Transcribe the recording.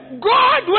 God